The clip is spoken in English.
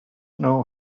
know